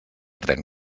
tren